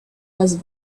had